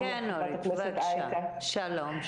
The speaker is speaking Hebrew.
בבקשה.